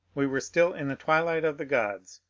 we were still in the twilight of the gods,